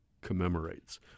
commemorates